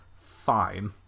fine